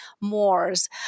moors